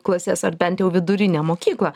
klases ar bent jau vidurinę mokyklą